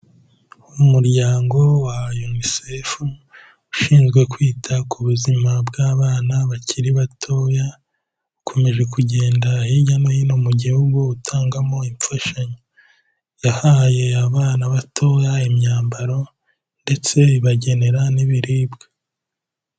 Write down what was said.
Umuryango wa UNICEF ushinzwe kwita ku buzima bw'abana bakiri batoya, ukomeje kugenda hirya no hino mu gihugu utangamo imfashanyo. Yahaye abana batoya imyambaro ndetse ibagenera n'ibiribwa.